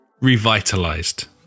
revitalized